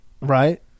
right